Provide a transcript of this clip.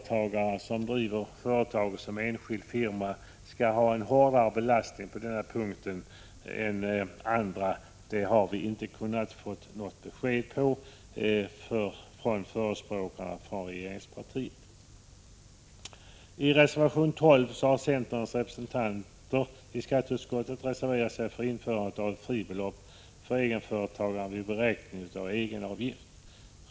Varför de som driver sina företag som enskild firma skall ha en hårdare belastning än andra på denna punkt har vi inte kunnat få något besked om från regeringspartiets förespråkare. I reservation 12 har centerns representanter i skatteutskottet reserverat sig för införandet av ett fribelopp för egenföretagare vid beräkning av egenavgift.